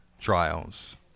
trials